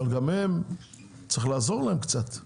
אבל גם הם צריך לעזור להם קצת,